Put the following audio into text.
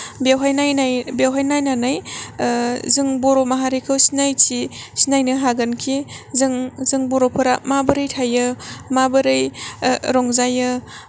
बेयावहाय नायनानै जों बर' माहारिखौ सिनायथि सिनायनो हागोन खि जों जों बर'फोरा माबोरै थायो माबोरै रंजायो